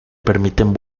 permiten